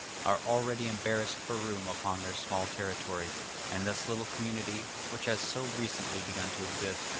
are already embarrassed for room upon their small territory and this little community, which has so recently begun to exist,